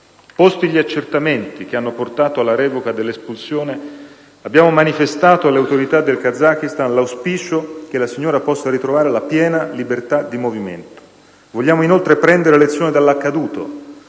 Posti gli accertamenti che hanno portato alla revoca dell'espulsione, abbiamo manifestato alle autorità del Kazakistan l'auspicio che la signora possa ritrovare la piena libertà di movimento. Vogliamo inoltre prendere lezione dall'accaduto